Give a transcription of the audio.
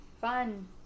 fun